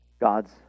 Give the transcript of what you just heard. God's